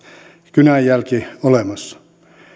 kynänjälki olemassa